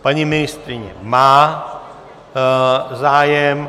Paní ministryně má zájem.